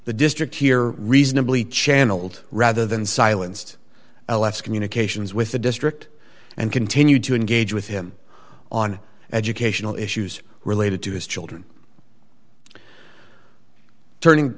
the district here reasonably channeled rather than silenced ls communications with the district and continued to engage with him on educational issues related to his children turning